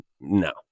No